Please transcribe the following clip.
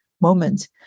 moment